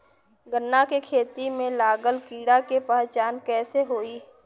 गन्ना के खेती में लागल कीड़ा के पहचान कैसे होयी?